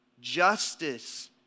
justice